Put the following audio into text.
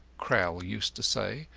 crowl used to say,